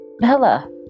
Bella